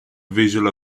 visual